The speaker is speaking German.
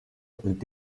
und